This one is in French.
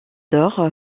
d’or